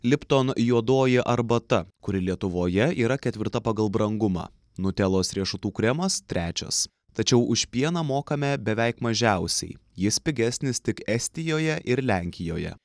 lipton juodoji arbata kuri lietuvoje yra ketvirta pagal brangumą nutelos riešutų kremas trečias tačiau už pieną mokame beveik mažiausiai jis pigesnis tik estijoje ir lenkijoje